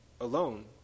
alone